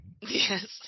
Yes